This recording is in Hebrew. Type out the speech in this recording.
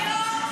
היום,